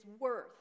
worth